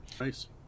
Nice